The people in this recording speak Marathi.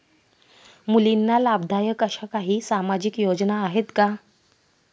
मुलींना लाभदायक अशा काही सामाजिक योजना आहेत का?